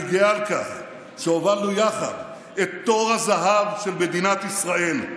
אני גאה על כך שהובלנו יחד את תור הזהב של מדינת ישראל,